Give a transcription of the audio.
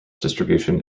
distribution